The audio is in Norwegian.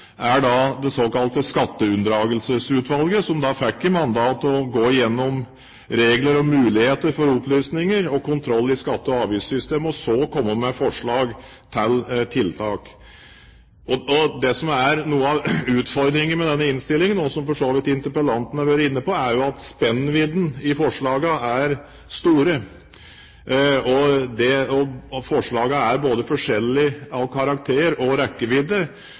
det såkalte Skatteunndragelsesutvalget, som fikk i mandat å gå igjennom regler og muligheter for opplysninger og kontroll i skatte- og avgiftssystemet og så komme med forslag til tiltak. Det som er noe av utfordringen med denne innstillingen, og som for så vidt interpellanten har vært inne på, er at spennvidden i forslagene er store, og forslagene er forskjellige både av karakter og av rekkevidde.